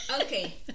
okay